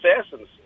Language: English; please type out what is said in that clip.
assassins